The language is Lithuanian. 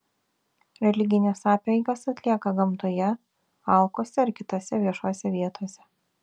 religines apeigas atlieka gamtoje alkuose ar kitose viešose vietose